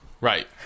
Right